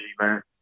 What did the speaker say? man